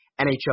NHL